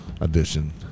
Edition